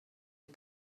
ich